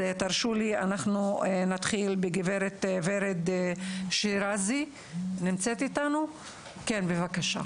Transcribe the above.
הגברת ורד שיראזי, בבקשה.